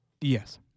Yes